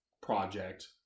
project